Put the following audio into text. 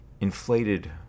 inflated